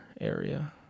area